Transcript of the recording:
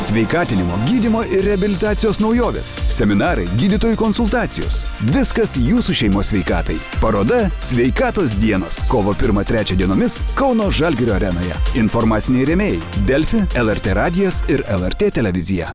sveikatinimo gydymo ir reabilitacijos naujovės seminarai gydytojų konsultacijos viskas jūsų šeimos sveikatai paroda sveikatos dienos kovo pirmą trečią dienomis kauno žalgirio arenoje informaciniai rėmėjai delfi lrt radijas ir lrt televizija